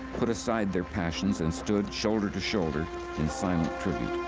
put aside their passions and stood shoulder to shoulder in tribute.